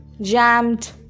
Jammed